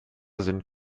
sind